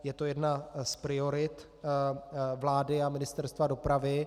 Je to jedna z priorit vlády a Ministerstva dopravy.